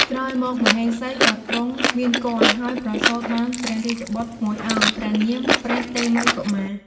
ក្រោយមក មហេសីក៏ទ្រង់មានគភ៌ ហើយប្រសូតបានព្រះរាជបុត្រមួយអង្គ ព្រះនាម ព្រះតេមិយកុមារ។